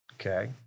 Okay